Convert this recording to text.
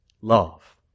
Love